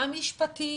המשפטיים,